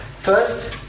First